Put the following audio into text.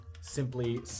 simply